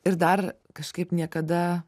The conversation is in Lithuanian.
ir dar kažkaip niekada